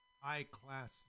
high-class